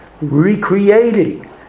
recreating